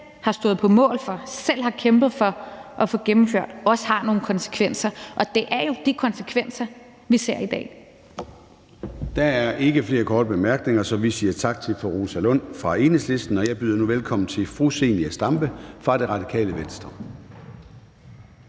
har stået på mål for, som man selv har kæmpet for at få gennemført, også har nogle konsekvenser, og det er jo de konsekvenser, vi ser i dag. Kl. 17:23 Formanden (Søren Gade): Der er ikke flere korte bemærkninger, så vi siger tak til fru Rosa Lund fra Enhedslisten. Og jeg byder nu velkommen til fru Zenia Stampe fra Radikale Venstre.